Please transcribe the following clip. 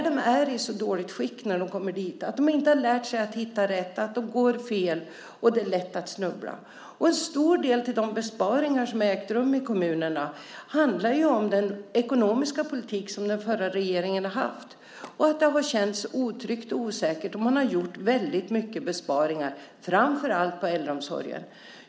De är i så dåligt skick när de kommer dit att de inte lär sig att hitta rätt. De går fel, och det är lätt att snubbla. En stor del av de besparingar som har ägt rum i kommunerna beror på den ekonomiska politik som den förra regeringen har fört. Det har känts otryggt och osäkert, och man har gjort väldigt stora besparingar, framför allt i äldreomsorgen.